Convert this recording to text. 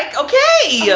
like okay!